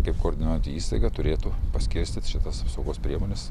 kaip koordinuojanti įstaiga turėtų paskirstyti šitas apsaugos priemones